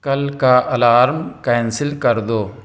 کل کا alarm cancel کر دو